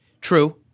True